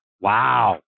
Wow